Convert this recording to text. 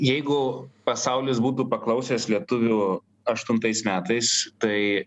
jeigu pasaulis būtų paklausęs lietuvių aštuntais metais tai